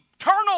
eternal